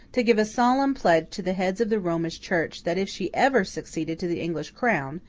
to give a solemn pledge to the heads of the romish church that if she ever succeeded to the english crown,